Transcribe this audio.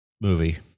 movie